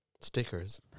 Stickers